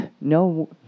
no